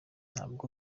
ntabwo